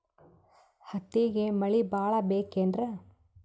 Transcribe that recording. ಹತ್ತಿಗೆ ಮಳಿ ಭಾಳ ಬೇಕೆನ್ರ?